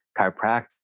chiropractic